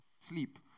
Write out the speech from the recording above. sleep